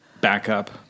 Backup